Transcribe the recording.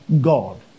God